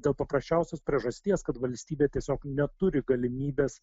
dėl paprasčiausios priežasties kad valstybė tiesiog neturi galimybės